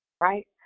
right